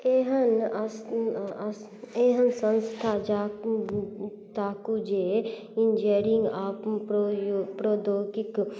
एहन अस अस एहन सँस्था जा ताकू जे इन्जीनियरिन्ग आओर प्रौयो प्रौद्योगिक